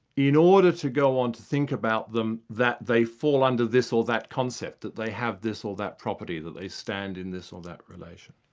in order to go on to think about them that they fall under this or that concept, that they have this or that property, that they stand in this or that relation.